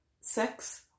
sex